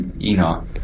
Enoch